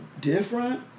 different